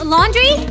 Laundry